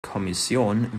kommission